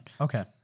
Okay